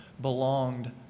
belonged